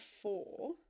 four